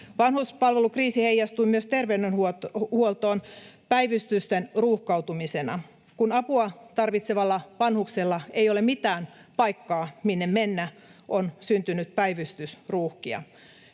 Vanhuspalvelukriisi heijastuu myös terveydenhuoltoon päivystysten ruuhkautumisena. Kun apua tarvitsevalla vanhuksella ei ole mitään paikkaa, minne mennä, on syntynyt päivystysruuhkia.